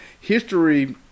history